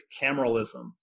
cameralism